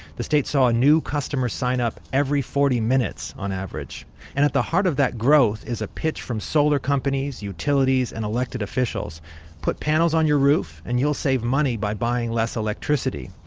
the state saw a new customer sign up every forty minutes, on average. and at the heart of that growth was a pitch from solar companies, utilities and elected officials put panels on your roof, and you'll save money by buying less electricity.